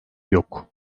yok